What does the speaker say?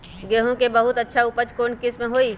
गेंहू के बहुत अच्छा उपज कौन किस्म होई?